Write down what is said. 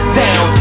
down